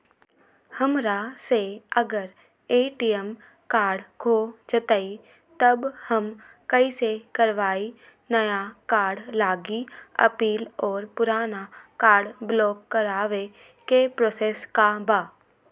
हमरा से अगर ए.टी.एम कार्ड खो जतई तब हम कईसे करवाई नया कार्ड लागी अपील और पुराना कार्ड ब्लॉक करावे के प्रोसेस का बा?